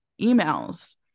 emails